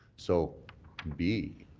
so b,